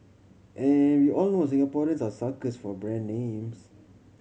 and we all know Singaporeans are suckers for brand names